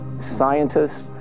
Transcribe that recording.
scientists